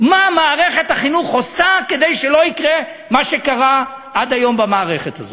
מה מערכת החינוך עושה כדי שלא יקרה מה שקרה עד היום במערכת הזאת?